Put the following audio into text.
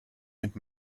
mit